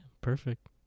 Perfect